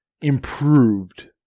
improved